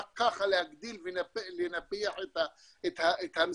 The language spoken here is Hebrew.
רק ככה להגדיל ולנפח את המספרים,